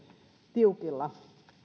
tiukilla